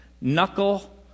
knuckle